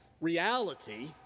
reality